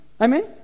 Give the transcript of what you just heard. Amen